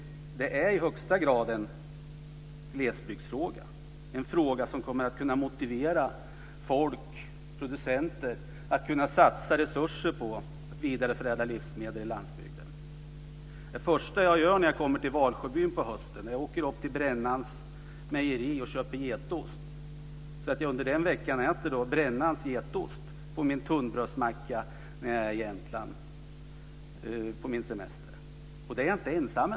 Det är i högsta grad en glesbygdsfråga, en fråga som kommer att kunna motivera producenter att satsa resurser på att vidareförädla livsmedel på landsbygden. Det första jag gör när jag kommer till Valsjöbyn på hösten är att åka upp till Brännans mejeri och köpa getost. Under den vecka jag är i Jämtland på semester äter jag Brännans getost på min tunnbrödsmacka. Det är jag inte ensam om.